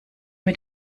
mit